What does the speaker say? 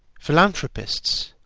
philanthropists,